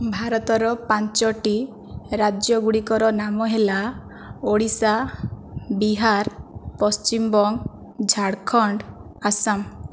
ଭାରତର ପାଞ୍ଚଟି ରାଜ୍ୟ ଗୁଡ଼ିକର ନାମ ହେଲା ଓଡ଼ିଶା ବିହାର ପଶ୍ଚିମବଙ୍ଗ ଝାଡ଼ଖଣ୍ଡ ଆସାମ